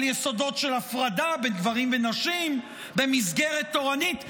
יסודות של הפרדה בין גברים לנשים במסגרת תורנית.